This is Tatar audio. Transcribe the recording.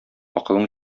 акылың